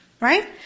Right